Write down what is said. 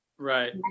Right